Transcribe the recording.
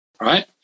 right